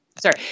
Sorry